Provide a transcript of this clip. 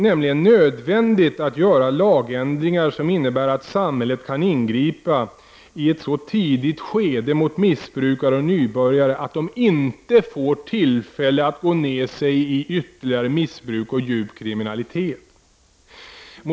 Det är nödvändigt att göra lagändringar som innebär att samhället kan ingripa mot missbrukare och nybörjare i ett så tidigt skede att de inte får tillfälle att gå ned sig i ytterligare missbruk och grov kriminalitet.